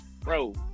bro